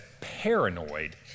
paranoid